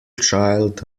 child